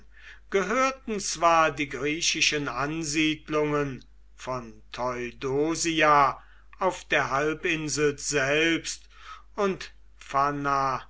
gehörten zwar die griechischen ansiedlungen von theudosia auf der halbinsel selbst und